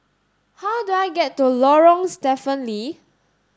how do I get to Lorong Stephen Lee